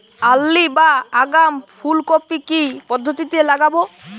Early বা আগাম ফুল কপি কি পদ্ধতিতে লাগাবো?